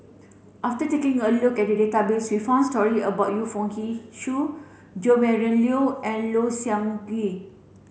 after taking a look at the database we found story about Yu Foo Yee Shoon Jo Marion Leo and Low Siew Nghee